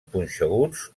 punxeguts